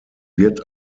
wird